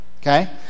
Okay